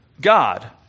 God